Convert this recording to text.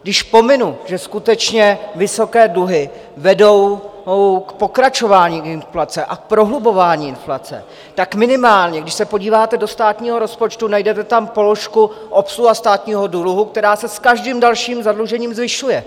Když pominu, že skutečně vysoké dluhy vedou k pokračování inflace a prohlubování inflace, tak minimálně když se podíváte do státního rozpočtu, tak tam najdete položku Obsluha státního dluhu, která se s každým dalším zadlužením zvyšuje.